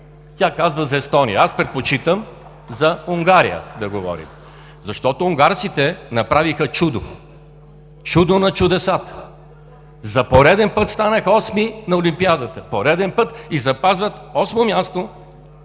Тя казва за Естония, аз предпочитам за Унгария да говорим, защото унгарците направиха чудо! Чудо на чудесата! За пореден път станаха осми на олимпиадата. Пореден път и запазват осмо място